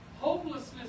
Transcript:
hopelessness